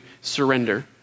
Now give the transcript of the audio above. surrender